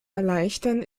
erleichtern